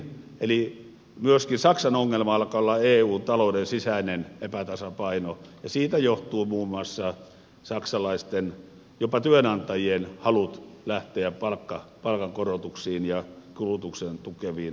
eli myöskin saksan ongelma alkaa olla eun talouden sisäinen epätasapaino ja siitä johtuu muun muassa jopa saksalaisten työnantajien halut lähteä palkankorotuksiin ja kulutusta tukeviin ratkaisuihin